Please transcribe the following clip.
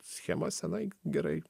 schema sena gerai